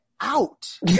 out